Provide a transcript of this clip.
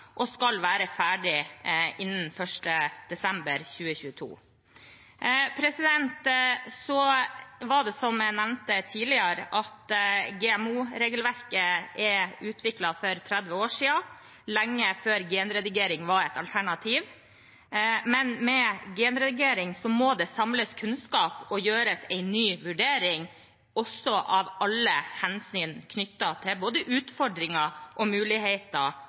og skal være ferdig innen 1. desember 2022. Som jeg nevnte tidligere, er GMO-regelverket utviklet for 30 år siden, lenge før genredigering var et alternativ. Men i forbindelse med genredigering må det samles kunnskap og gjøres en ny vurdering av alle hensyn knyttet til både utfordringer og muligheter